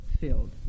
filled